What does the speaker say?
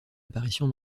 apparition